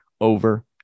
over